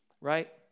Right